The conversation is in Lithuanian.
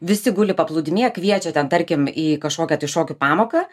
visi guli paplūdimyje kviečia ten tarkim į kažkokią tai šokių pamoką